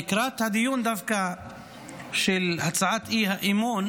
לקראת הדיון בהצעת האי-אמון